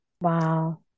Wow